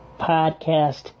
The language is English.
podcast